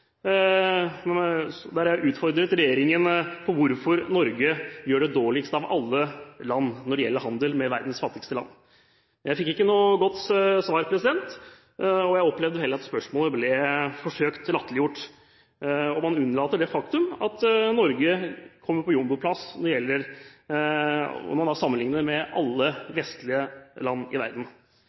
utfordret regjeringen på hvorfor Norge gjør det dårligst av alle land når det gjelder handel med verdens fattigste land. Jeg fikk ikke noe godt svar – jeg opplevde heller at spørsmålet ble forsøkt latterliggjort. Man unnlater det faktum at Norge kommer på jumboplass om man sammenligner med alle vestlige land i verden.